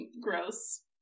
gross